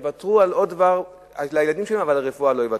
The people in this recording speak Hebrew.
אבל על רפואה לא יוותרו.